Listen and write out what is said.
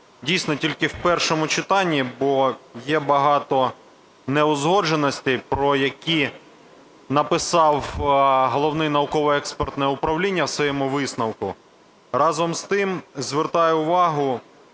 дійсно, тільки в першому читанні, бо є багато неузгодженостей, про які написало Головне науково-експертне управління в своєму висновку. Разом з тим, звертаю увагу,